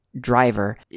driver